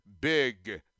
Big